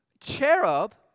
Cherub